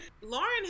lauren